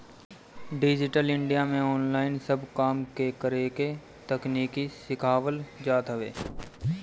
digital India में online सब काम के करेके तकनीकी सिखावल जात हवे